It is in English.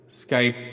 Skype